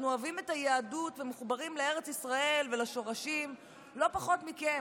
אנחנו אוהבים את היהדות ומחוברים לארץ ישראל ולשורשים לא פחות מכם.